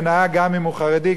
גם אם הוא חרדי,